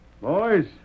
boys